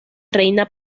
reina